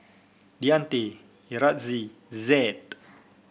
Deante Yaretzi Zed